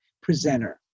presenter